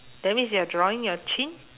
that means you are drawing your chin